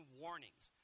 warnings